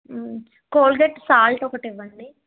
Colgate salt ఒకటి ఇవ్వండి